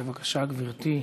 בבקשה, גברתי.